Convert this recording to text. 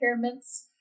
impairments